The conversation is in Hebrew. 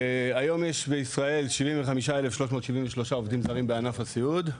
היום יש בישראל 75,373 עובדים זרים בענף הסיעוד,